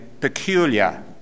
peculiar